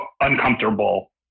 uncomfortable